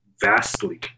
vastly